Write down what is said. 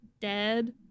dead